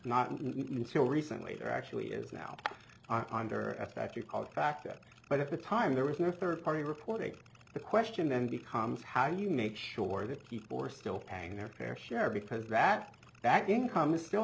not until recently or actually is now i'm sure a factor called factor but at the time there was no third party reporting the question then becomes how you make sure that people are still paying their fair share because that that income is